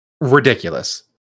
Ridiculous